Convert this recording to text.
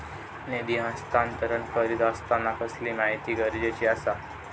निधी हस्तांतरण करीत आसताना कसली माहिती गरजेची आसा?